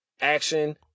action